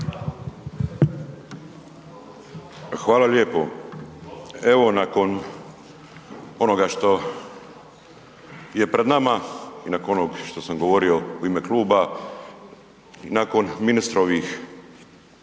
Hvala lijepo. evo nakon onoga što je pred nama i nakon onog što sam govorio u ime kluba, nakon ministrovih,